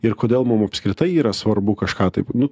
ir kodėl mum apskritai yra svarbu kažką taip nu